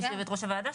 יושבת ראש הוועדה,